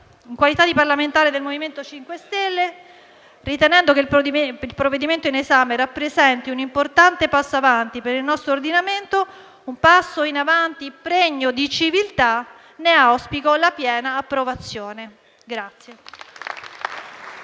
in qualità di parlamentare del MoVimento 5 Stelle, ritenendo che il provvedimento in esame rappresenti un importante passo in avanti per il nostro ordinamento, un passo in avanti pregno di civiltà, ne auspico la piena approvazione.